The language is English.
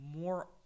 more